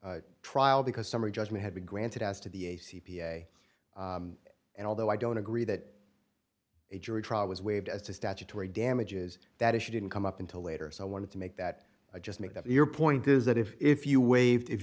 no trial because summary judgment had been granted as to the a c p a and although i don't agree that a jury trial was waived as to statutory damages that issue didn't come up until later so i wanted to make that i just make that your point is that if you waived if